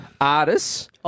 Artists